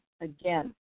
Again